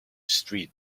street